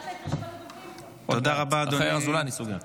אדוני היושב-ראש.